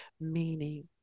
meaning